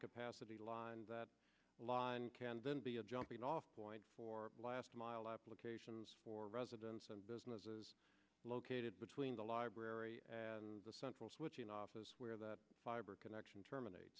capacity lines that line can then be a jumping off point for last mile applications for residents and businesses located between the library and the central switching office where that fiber connection terminate